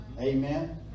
amen